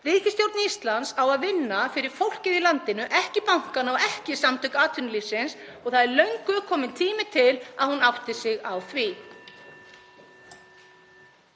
Ríkisstjórn Íslands á að vinna fyrir fólkið í landinu, ekki bankana og ekki Samtök atvinnulífsins, og það er löngu kominn tími til að hún átti sig á því.